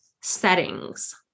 settings